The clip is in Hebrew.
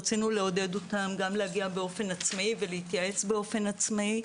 רצינו לעודד אותם גם להגיע באופן עצמאי ולהתייעץ באופן עצמאי.